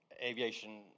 aviation